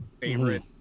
favorite